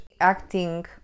acting